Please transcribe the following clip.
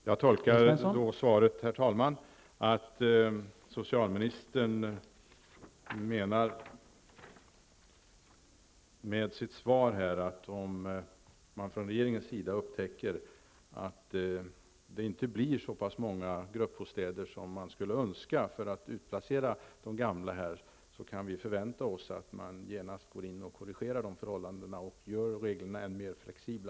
Herr talman! Jag tolkar det då som att socialministern med sitt svar menar att om man från regeringens sida upptäcker att det inte blir så många gruppbostäder som det vore önskvärt för att de gamla skall kunna utplaceras, kan vi förvänta oss att man genast går in och korrigerar förhållandena och gör reglerna än mer flexibla.